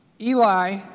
Eli